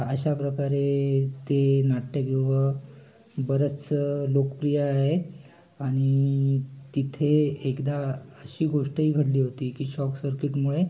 अशा प्रकारे ते नाट्यगृह बरंच लोकप्रिय आहे आणि तिथे एकदा अशी गोष्टही घडली होती की शॉक सर्किटमुळे